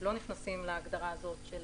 לא נכנסים להגדרה הזאת של